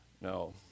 No